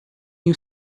you